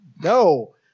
No